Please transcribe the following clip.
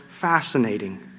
fascinating